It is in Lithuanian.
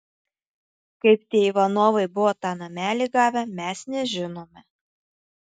kaip tie ivanovai buvo tą namelį gavę mes nežinome